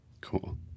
Cool